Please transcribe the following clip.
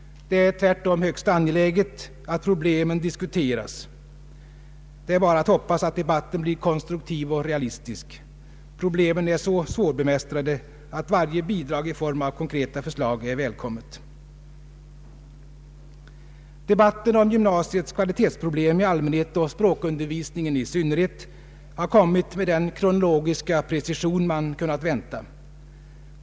Det är tvärtom högst angeläget att problemen diskuteras. Det är bara att hoppas att debatten blir konstruktiv och realistisk. Problemen är så svårbemästrade att varje bidrag i form av konkreta förslag är välkommet. Debatten om gymnasiets kvalitetsproblem i allmänhet och språkundervisningen i synnerhet har kommit med den kronologiska precision man kunnat vänta.